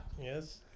Yes